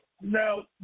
Now